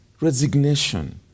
resignation